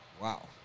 wow